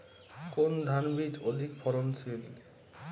কোন ধান বীজ অধিক ফলনশীল?